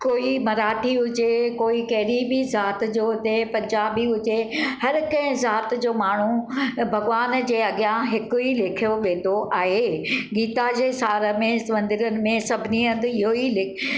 कोई मराठी हुजे कोई कहिड़ी बि ज़ात जो हुजे पंजाबी हुजे हर कंहिं ज़ात जो माण्हू भॻवान जे अॻियां हिकु ई लेखियो वेंदो आहे गीता जे सारु में स्वंदिरनि में सभिनी हंधि इहेई